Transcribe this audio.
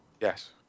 Yes